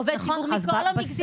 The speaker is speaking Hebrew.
עובד ציבור מכל המגזרים -- נכון,